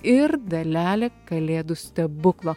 ir dalelė kalėdų stebuklo